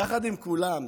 יחד עם כולם,